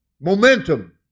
momentum